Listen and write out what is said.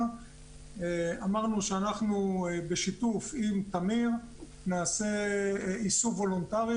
אמרנו שאנחנו בשיתוף עם תמיר נעשה איסוף וולונטרי,